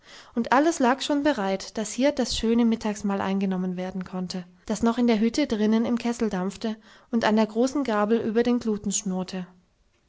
und alles lag schon bereit damit hier das schöne mittagsmahl eingenommen werden konnte das noch in der hütte drinnen im kessel dampfte und an der großen gabel über den gluten schmorte